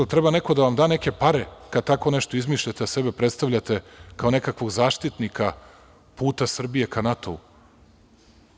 Jel treba neko da vam da neke pare kada tako nešto izmišljate, a sebe predstavljate kao nekakvog zaštitnika puta Srbije ka NATO-u?